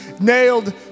nailed